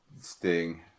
Sting